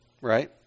Right